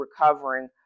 recovering